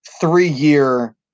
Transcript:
three-year